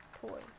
toys